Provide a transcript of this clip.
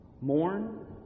Mourn